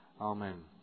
Amen